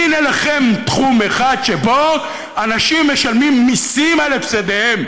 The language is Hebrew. הינה לכם תחום אחד שבו אנשים משלמים מיסים על הפסדיהם,